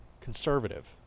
conservative